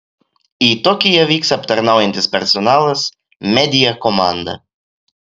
į tokiją vyks aptarnaujantis personalas media komanda